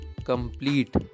Complete